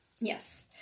Yes